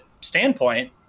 standpoint